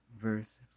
verse